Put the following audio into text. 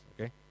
okay